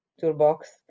toolbox